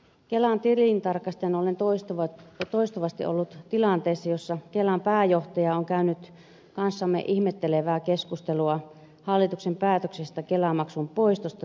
kelan tilintarkastajana olen toistuvasti ollut tilanteessa jossa kelan pääjohtaja on käynyt kanssamme ihmettelevää keskustelua hallituksen päätöksestä poistaa kelamaksu työnantajilta